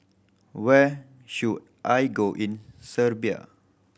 where should I go in Serbia